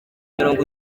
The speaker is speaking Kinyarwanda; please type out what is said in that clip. mirongo